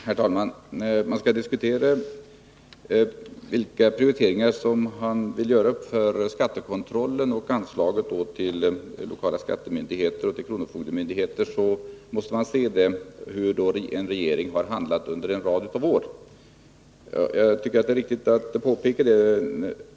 Herr talman! När man skall diskutera vilka prioriteringar man vill göra för skattekontrollen och anslaget till lokala skattemyndigheter och kronofogdemyndigheter måste man först se efter hur en regering har handlat under en rad av år. Jag tycker det är viktigt att påpeka detta.